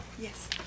Yes